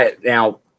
Now